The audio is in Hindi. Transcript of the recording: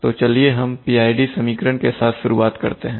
तो चलिए हम PID समीकरण के साथ शुरुआत करते हैं